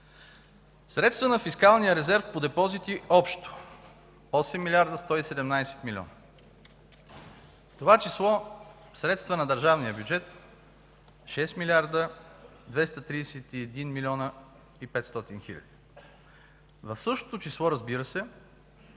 Средства на фискалния резерв по депозити общо – 8 млрд. 117 милиона, в това число средства на държавния бюджет – 6 млрд. 231 млн. 500 хиляди. В същото число, разбира се,